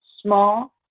small